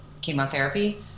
chemotherapy